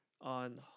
on